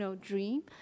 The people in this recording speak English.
dream